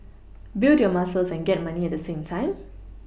build your muscles and get money at the same time